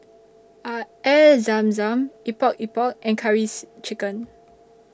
Are Air Zam Zam Epok Epok and Curries Chicken